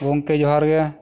ᱜᱚᱝᱠᱮ ᱡᱚᱦᱟᱨ ᱜᱮ